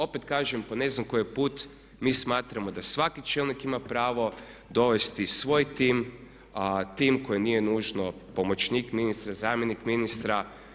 Opet kažem po ne znam koji put mi smatramo da svaki čelnik ima pravo dovesti svoj tim a tim koji nije nužno, pomoćnik ministra, zamjenik ministra.